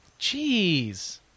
Jeez